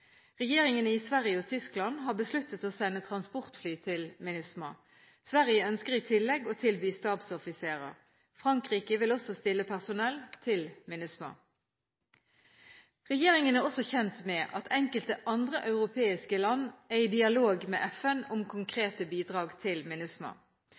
Regjeringene i Sverige og Tyskland har besluttet å sende transportfly til MINUSMA – Sverige ønsker i tillegg å tilby stabsoffiserer. Frankrike vil også stille personell til MINUSMA. Regjeringen er også kjent med at enkelte andre europeiske land er i dialog med FN om